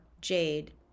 jade